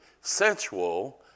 sensual